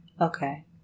Okay